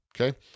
Okay